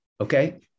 okay